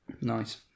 Nice